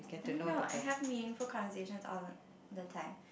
and then now I have a meaningful conversations all the time